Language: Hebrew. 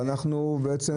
ואנחנו בעצם,